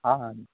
हँ